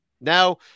Now